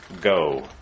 go